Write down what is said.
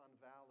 Valley